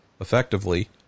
effectively